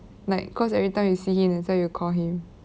like cause everytime you see him that's why you call him